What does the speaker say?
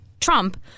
Trump